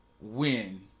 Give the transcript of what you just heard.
win